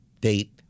date